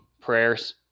prayers